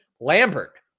Lambert